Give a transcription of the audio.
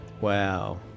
Wow